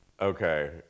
Okay